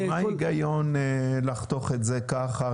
מה ההיגיון לחתוך את זה כך?